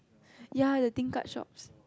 ya the tingkat shops